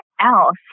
else